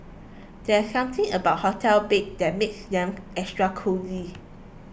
there's something about hotel beds that makes them extra cosy